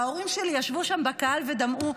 וההורים שלי ישבו שם בקהל ודמעו,